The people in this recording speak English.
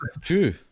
true